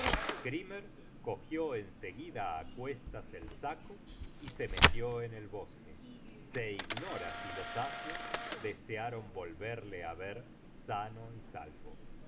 skrmyer cogió en seguida á cuestas el saco y se metió en el bosque se ignora si los asios desearon volverle á ver sano y salvo